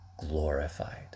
glorified